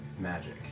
magic